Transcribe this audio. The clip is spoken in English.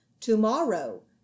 tomorrow